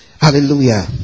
Hallelujah